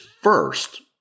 first